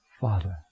Father